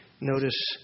Notice